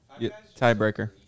Tiebreaker